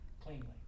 cleanly